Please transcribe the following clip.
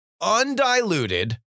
undiluted